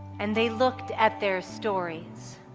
and they looked at their stories,